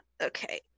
okay